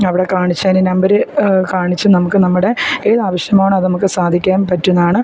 അവിടെ കാണിച്ച് അതിൻ്റെ നമ്പർ കാണിച്ച് നമുക്ക് നമ്മുടെ ഏത് ആവശ്യമാണ് അത് നമുക്ക് സാധിക്കാൻ പറ്റുന്നതാണ്